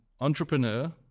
entrepreneur